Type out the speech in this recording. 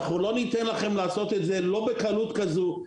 אנחנו לא ניתן לכם לעשות את זה, לא בקלות כזו.